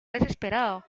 desesperado